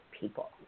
people